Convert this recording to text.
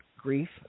grief